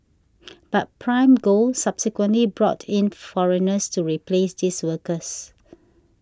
but Prime Gold subsequently brought in foreigners to replace these workers